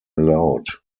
allowed